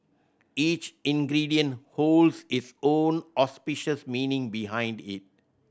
each ingredient holds its own auspicious meaning behind it